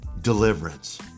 deliverance